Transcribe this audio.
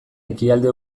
ekialde